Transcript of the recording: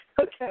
Okay